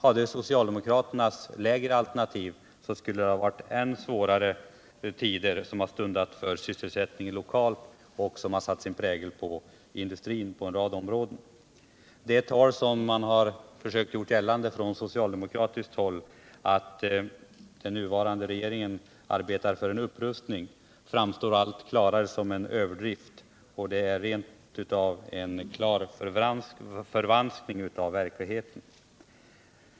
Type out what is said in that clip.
Om socialdemokraternas lägre alternativ hade tagits, skulle det ha varit än svårare tider som stundat för sysselsättningen lokalt och som skulle satt sin prägel på industrin inom en rad områden. Det tal som förts från socialdemokratiskt håll om att den nuvarande regeringen arbetar för en upprustning framstår allt klarare som en överdrift, och det kan rent av betecknas som en klar förvanskning av verkligheten.